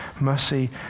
Mercy